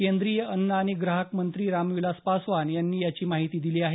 केंद्रीय अन्न आणि ग्राहकमंत्री रामविलास पासवान यांनी याची माहिती दिली आहे